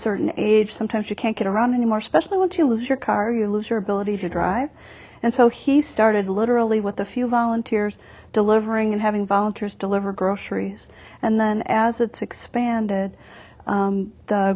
certain age sometimes you can't get around anymore especially once you lose your car you lose your ability to drive and so he started literally with a few volunteers delivering and having volunteers deliver groceries and then as it's expanded